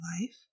life